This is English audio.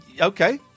Okay